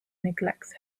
neglects